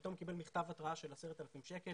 פתאום קיבל מכתב התראה של 10,000 שקל.